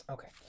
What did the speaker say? Okay